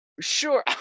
Sure